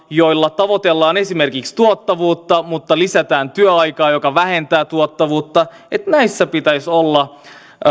joilla tavoitellaan esimerkiksi tuottavuutta mutta lisätään työaikaa mikä vähentää tuottavuutta että näissä pitäisi olla